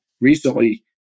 Recently